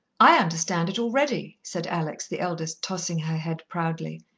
i understand it already, said alex, the eldest, tossing her head proudly.